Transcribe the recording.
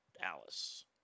Dallas